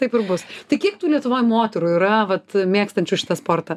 taip ir bus tik kiek tų lietuvoj moterų yra vat mėgstančių šitą sportą